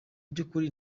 byukuri